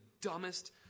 dumbest